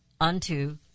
unto